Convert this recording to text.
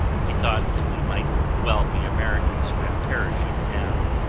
he thought that we might well be americans who had parachuted down.